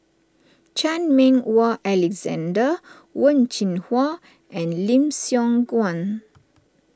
Chan Meng Wah Alexander Wen Jinhua and Lim Siong Guan